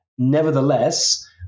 Nevertheless